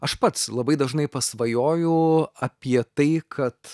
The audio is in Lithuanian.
aš pats labai dažnai pasvajoju apie tai kad